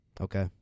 Okay